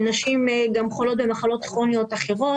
ונשים גם חולות במחלות כרוניות אחרות,